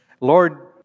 Lord